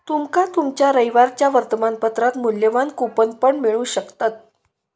तुमका तुमच्या रविवारच्या वर्तमानपत्रात मुल्यवान कूपन पण मिळू शकतत